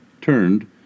turned